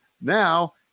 now